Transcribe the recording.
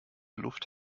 luft